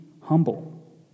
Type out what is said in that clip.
humble